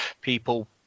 people